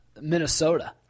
Minnesota